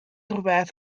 rhywbeth